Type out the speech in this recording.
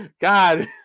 God